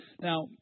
Now